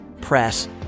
press